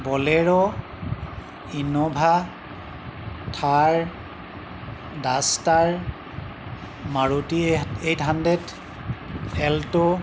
bolero Innova Thar duster Maruti eight hundred alto